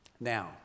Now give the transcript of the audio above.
now